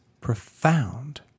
profound